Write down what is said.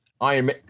Iron